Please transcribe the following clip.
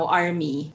army